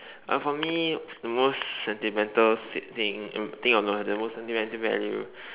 uh for me the most sentimental thing the thing that has the most sentimental value